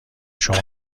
شما